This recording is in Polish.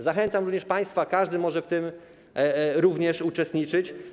Zachęcam również państwa, każdy może w tym uczestniczyć.